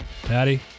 Patty